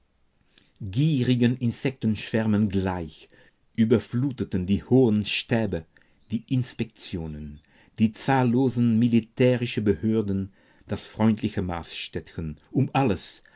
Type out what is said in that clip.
gierigen insektenschwärmen gleich überfluteten die hohen stäbe die inspektionen die zahllosen militärischen behörden das freundliche maasstädtchen um alles